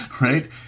right